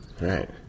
Right